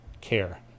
care